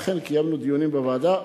אכן קיימנו דיונים בוועדה,